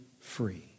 free